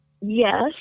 yes